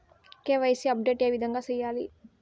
KYC update ఏ విధంగా సేయాలి?